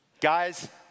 Guys